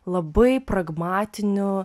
labai pragmatiniu